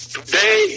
Today